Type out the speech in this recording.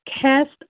cast